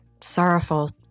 sorrowful